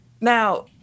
Now